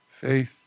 faith